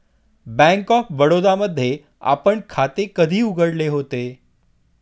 Bank of Baroda मध्ये आपण खाते कधी उघडले होते?